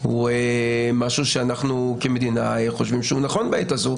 הוא משהו שאנחנו כמדינה חושבים שהוא נכון בעת הזו.